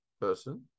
person